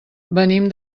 venim